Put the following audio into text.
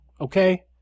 okay